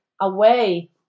away